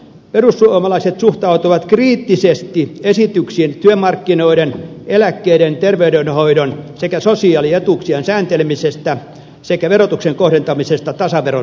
perussuomalaiset suhtautuvat kriittisesti esityksiin työmarkkinoiden eläkkeiden terveydenhoidon sekä sosiaalietuuksien sääntelemisestä sekä verotuksen kohdentamisesta tasaveron suuntaisesti